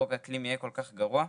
חוק האקלים יהיה כל כך גרוע?